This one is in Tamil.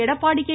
எடப்பாடி கே